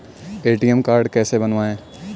ATM card कैसे बनवाएँ?